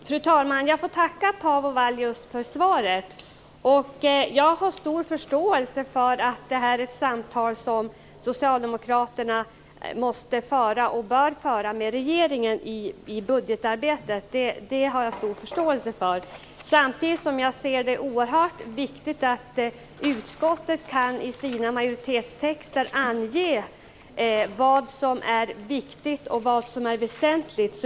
Fru talman! Jag får tacka Paavo Vallius för svaret. Jag har stor förståelse för att det här är ett samtal som socialdemokraterna måste och bör föra med regeringen i budgetarbetet. Samtidigt ser jag det som oerhört viktigt att utskottet i sina majoritetstexter kan ange vad som är viktigt och vad som är väsentligt.